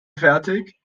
fertig